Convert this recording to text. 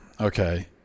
okay